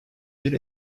bir